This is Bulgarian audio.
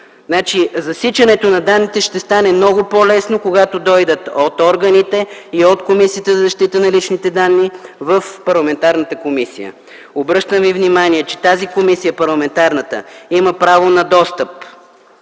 Засичането на данните ще стане много по-лесно, когато дойде от органите и от Комисията за защита на личните данни в парламентарната комисия. Обръщам Ви внимание, че парламентарната комисия има право на достъп